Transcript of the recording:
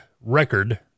record